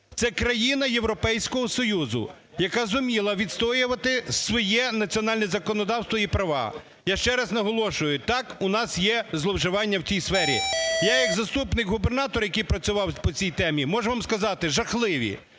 Це країна Європейського Союзу, яка зуміла відстоювати своє національне законодавство і права. Я ще раз наголошую, так, у нас є зловживання в цій сфері. Я як заступник губернатора, який працював по цій темі, можу вам сказати: жахливі.